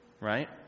right